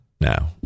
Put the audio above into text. now